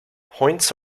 points